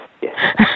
yes